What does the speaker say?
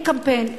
אין קמפיין,